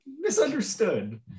misunderstood